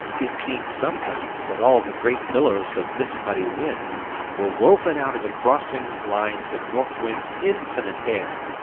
it seemed sometimes that all the great billows of mist-muddy wind were woven out of the crossing lines of north wind's infinite hair,